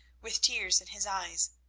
with tears in his eyes,